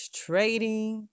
trading